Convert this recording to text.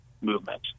movement